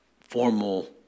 formal